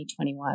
2021